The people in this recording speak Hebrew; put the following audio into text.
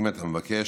אם אתה מבקש,